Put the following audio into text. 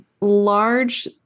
large